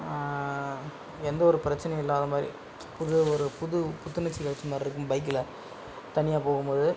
எந்த ஒரு பிரச்சினையும் இல்லாத மாதிரி புது ஒரு புது புத்துணர்ச்சிக்கு கிடச்ச மாதிரிருக்கும் பைக்கில் தனியாக போகும்போது